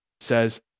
says